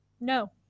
No